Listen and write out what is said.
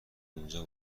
اونجا